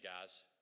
guys